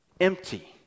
Empty